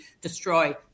destroy